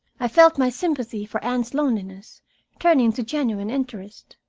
i felt my sympathy for anne's loneliness turning to genuine interest.